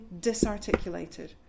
disarticulated